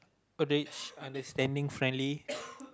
a rich understanding friendly